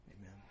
Amen